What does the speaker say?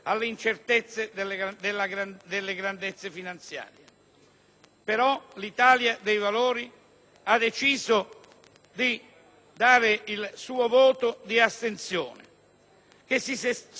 dell'Italia dei Valori ha deciso di esprimere un voto di astensione che si sostanzia in un segnale di fiducia nei confronti del